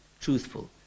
truthful